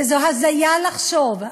וזו הזיה לחשוב,